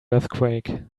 earthquake